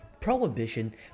Prohibition